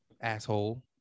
Asshole